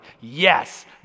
yes